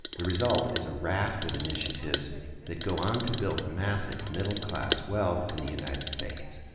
the result is a raft of initiatives and that go on to build massive middle-class wealth in the united states.